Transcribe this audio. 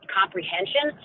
comprehension